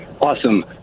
Awesome